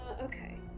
okay